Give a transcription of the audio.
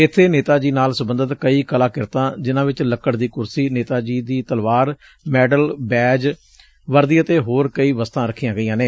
ਇੱਬੇ ਨੇਤਾ ਜੀ ਨਾਲ ਸਬੰਧਤ ਕਈ ਕਲਾ ਕ੍ਰਿਤਾਂ ਜਿਨ੍ਹਾਂ ਵਿਚ ਲਕੜ ਦੀ ਕੁਰਸੀ ਨੇਤਾ ਜੀ ਦੀ ਤਲਵਾਰ ਮੈਡਲ ਬੈਜ ਵਰਦੀ ਅਤੇ ਹੋਰ ਕਈ ਵਸਤਾਂ ਰਖੀਆਂ ਗਈਆਂ ਨੇ